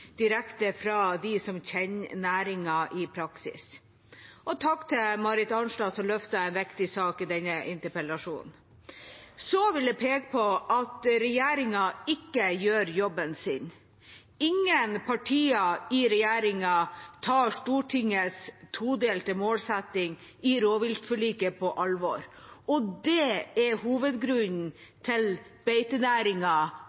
direkte fra dem som kjenner næringen i praksis. Takk også til Marit Arnstad, som løfter en viktig sak i og med denne interpellasjonen. Jeg vil påpeke at regjeringa ikke gjør jobben sin. Ingen av partiene i regjeringa tar Stortingets todelte målsetting i rovviltforliket på alvor. Det er